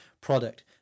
product